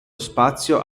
spazio